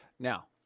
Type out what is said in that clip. Now